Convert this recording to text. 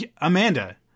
Amanda